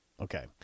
Okay